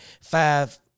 five